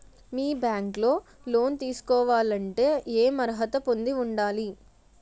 మీ bank లో loan తీసుకోవాలంటే ఎం అర్హత పొంది ఉండాలి?